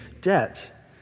debt